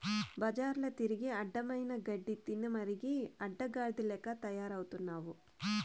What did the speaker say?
బజార్ల తిరిగి అడ్డమైన గడ్డి తినమరిగి అడ్డగాడిద లెక్క తయారవుతున్నావు